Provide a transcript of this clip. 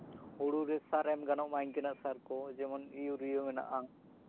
ᱦᱩᱲᱩ ᱨᱮ ᱥᱟᱨ ᱮᱢ ᱜᱟᱱᱚᱜ ᱢᱟ ᱤᱱᱠᱟᱹᱱᱟᱜ ᱥᱟᱨ ᱠᱚ ᱡᱮᱢᱚᱱ ᱤᱭᱩᱨᱤᱭᱟᱹ ᱢᱮᱱᱟᱜᱼᱟ